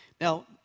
Now